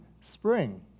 spring